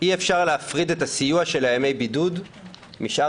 אי-אפשר להפריד את הסיוע של ימי בידוד משאר